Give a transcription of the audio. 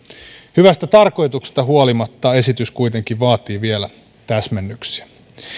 hyvästä tarkoituksesta huolimatta esitys kuitenkin vaatii vielä täsmennyksiä